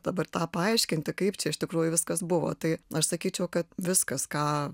dabar tą paaiškinti kaip čia iš tikrųjų viskas buvo tai aš sakyčiau kad viskas ką